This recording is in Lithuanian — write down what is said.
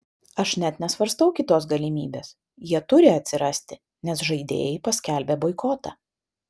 aš net nesvarstau kitos galimybės jie turi atsirasti nes žaidėjai paskelbė boikotą